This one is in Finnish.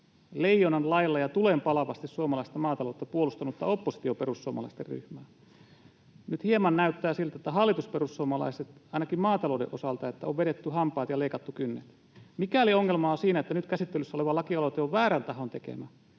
leijonan lailla ja tulenpalavasti suomalaista maataloutta puolustanutta oppositioperussuomalaisten ryhmää. Nyt hieman näyttää siltä, että hallitusperussuomalaisilta, ainakin maatalouden osalta, on vedetty hampaat ja leikattu kynnet. Mikäli ongelma on siinä, että nyt käsittelyssä oleva lakialoite on väärän tahon tekemä,